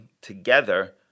together